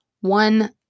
one